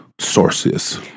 sources